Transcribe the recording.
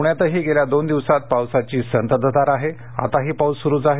पुण्यातही गेल्या दोन दिवसात पावसाची संततधार आहे आताही पाउस सुरुच आहे